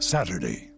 Saturday